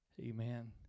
Amen